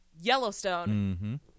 yellowstone